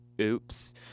oops